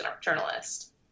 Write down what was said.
journalist